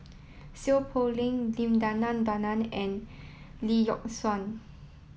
Seow Poh Leng Dim Denan Denon and Lee Yock Suan